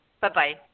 bye-bye